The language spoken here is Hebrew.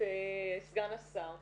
סגן השר.